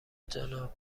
جانا